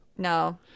no